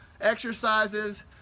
exercises